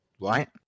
right